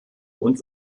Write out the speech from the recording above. und